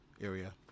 area